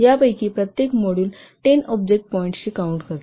यापैकी प्रत्येक module 10 object points count करते